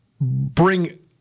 bring